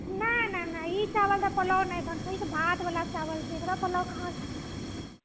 नहि नहि नहि ई चावल तऽ पोलाव नहि बनतो ई तऽ भात वाला चावल छो एकरो पोलाव कहाँ से बनतै